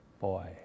Boy